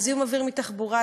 על זיהום אוויר מתחבורה,